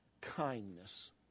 kindness